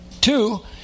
two